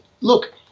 look